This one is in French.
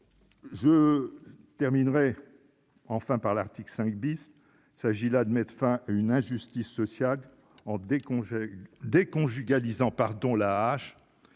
Je termine par l'article 5 . Il s'agit là de mettre fin à une injustice sociale en déconjugalisant l'AAH.